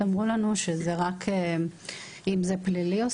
אמרו לנו שעושים ניתוח רק אם זה פלילי.